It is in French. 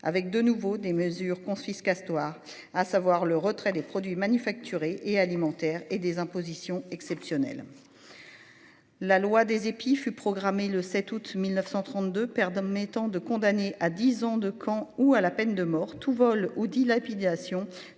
avec de nouveaux des mesures confiscatoire, à savoir le retrait des produits manufacturés et alimentaire et des impositions exceptionnelle. La loi des épis fut programmé le 7 août 1932, perdant mettant de condamné à 10 ans de camp ou à la peine de mort tout Vol ou dilapidation